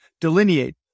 delineate